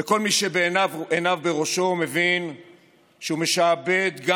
וכל מי שעיניו בראשו מבין שהוא משעבד גם